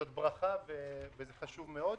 זה חשוב מאוד.